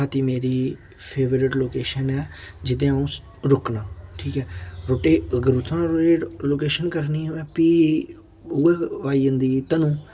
थाती मेरी favourite location ऐ जेह्दे अ'ऊं रुकना ठीक ऐ रुट्टी अगर उत्थुं लोकेशन करनी होऐ फ्ही उ'यै आई जंदी कि धनू